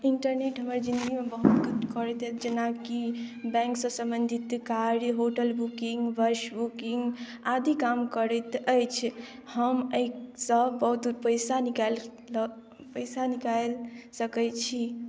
internet हमर जिनगीमे बहुत जेनाकि बैंक सँ सम्बन्धित कार्य होटल बुकिंग बस बुकिंग आदि काम करैत अछि हम अहिसँ बहुत पैसा निकालि मतलब पैसा निकालि सकै छी